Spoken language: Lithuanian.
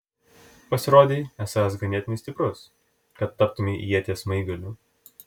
pasirodei esąs ganėtinai stiprus kad taptumei ieties smaigaliu